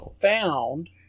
found